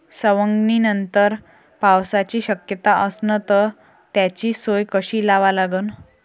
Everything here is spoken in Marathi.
सवंगनीनंतर पावसाची शक्यता असन त त्याची सोय कशी लावा लागन?